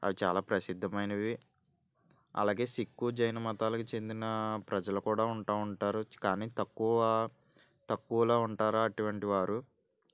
అవి చాలా ప్రసిద్ధమైనవి అలాగే సిక్కు జైను మతాలకు చెందిన ప్రజలు కూడా ఉంటు ఉంటారు కానీ తక్కువ తక్కువలో ఉంటాటు అటువంటి వారు